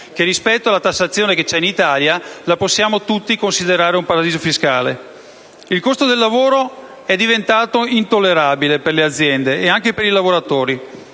rispetto alla tassazione che c'è in Italia, possiamo tutti considerarla un paradiso fiscale. Il costo del lavoro è diventato intollerabile per le aziende ed anche per i lavoratori;